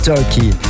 Turkey